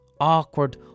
awkward